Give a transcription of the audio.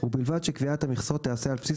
ובלבד שקביעת המכסות תיעשה על בסיס